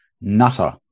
Nutter